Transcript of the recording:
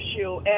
issue